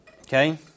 Okay